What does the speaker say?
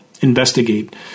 investigate